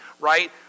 right